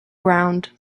ground